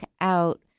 out